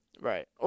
Right